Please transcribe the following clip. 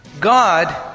God